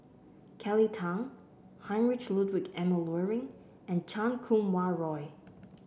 Kelly Tang Heinrich Ludwig Emil Luering and Chan Kum Wah Roy